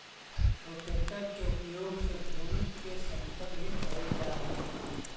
rotator के उपयोग से भूमि के समतल भी कैल जा हई